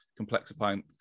complexifying